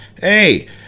hey